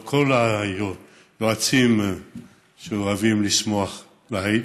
לאור כל היועצים שאוהבים לשמוח לאיד,